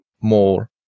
more